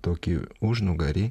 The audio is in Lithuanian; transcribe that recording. tokį užnugarį